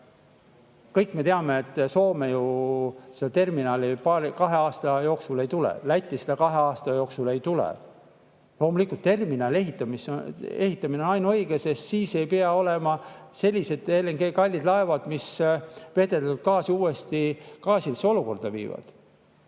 Kõik me teame, et Soome ju seda terminali kahe aasta jooksul ei tule, Lätti seda kahe aasta jooksul ei tule. Loomulikult, terminali ehitamine on ainuõige, sest siis ei pea olema sellised kallid LNG-laevad, mis [veeldatud] gaasi